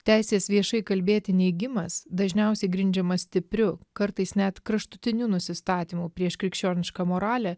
teisės viešai kalbėti neigimas dažniausiai grindžiamas stipriu kartais net kraštutiniu nusistatymo prieš krikščionišką moralę